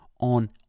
on